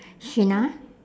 sheena